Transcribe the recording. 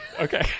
Okay